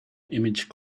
image